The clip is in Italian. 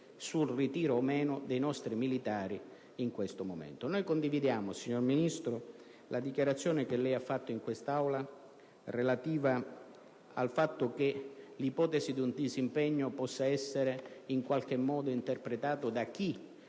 sul ritiro o meno dei nostri militari in questo momento. Noi condividiamo, signor Ministro, la dichiarazione che lei ha fatto in quest'Aula, relativa al fatto che l'ipotesi di un disimpegno possa essere in qualche modo interpretata, da chi